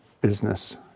business